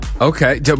Okay